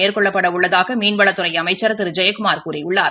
மேற்கொள்ளப்பட உள்ளதாக மீன்வளத்துறை அமைச்சர் திரு ஜெயக்குமார் கூறியுள்ளார்